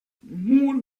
moore